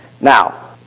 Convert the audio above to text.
Now